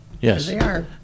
Yes